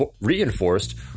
reinforced